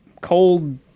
cold